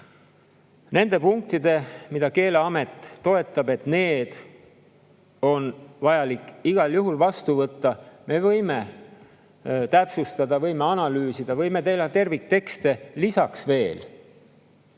Nende punktide puhul, mida Keeleamet toetab, et need on vaja igal juhul vastu võtta, me võime täpsustada, võime analüüsida, võime teha terviktekste lisaks,